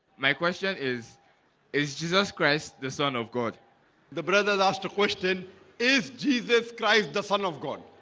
my question is is jesus christ the son of god the brothers asked a question is jesus christ the son of god